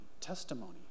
testimony